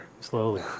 slowly